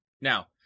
Now